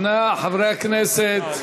חברי הכנסת,